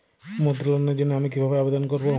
মুদ্রা লোনের জন্য আমি কিভাবে আবেদন করবো?